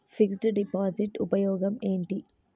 Fix డ్ deposit ఉపయోగం ఏంటి?